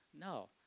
No